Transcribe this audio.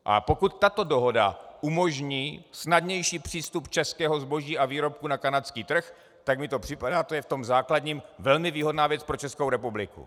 A pokud tato dohoda umožní snadnější přístup českého zboží a výrobků na kanadský trh, tak mi to připadá v tom základním jako velmi výhodná věc pro Českou republiku.